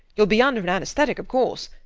youll be under an anaesthetic, of course.